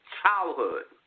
childhood